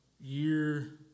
year